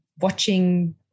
watching